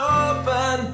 open